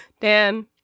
Dan